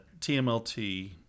TMLT